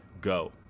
go